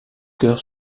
cœur